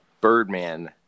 Birdman